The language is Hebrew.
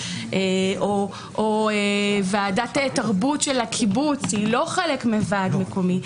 או ועדת תרבות של הקיבוץ היא לא חלק מוועד מקומי,